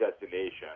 destination